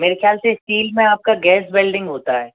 मेरे ख्याल से इस्टील में आपका गैस बेल्डिंग होता है